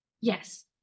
Yes